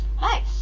Nice